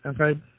okay